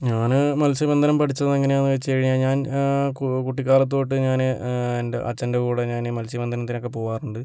ഞാന് മത്സ്യബന്ധനം പഠിച്ചതെങ്ങനെ ആണ് എന്ന് വെച്ച് കഴിഞ്ഞാൽ ഞാൻ കു കുട്ടികാലത്ത് തൊട്ട് ഞാന് എൻ്റെ അച്ഛൻ്റെ കൂടെ ഞാന് മത്സ്യബന്ധനത്തിനക്കെ പോകാറുണ്ട്